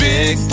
Big